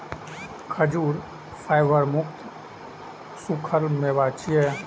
खजूर फाइबर युक्त सूखल मेवा छियै